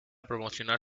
promocionar